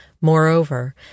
Moreover